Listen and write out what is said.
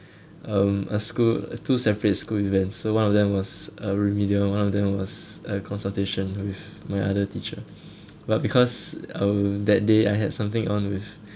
um a school two separate school events so one of them was a religion one of them was a consultation with my other teacher but because uh that day I had something on with